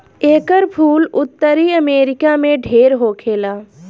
एकर फूल उत्तरी अमेरिका में ढेर होखेला